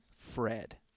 Fred